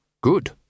Good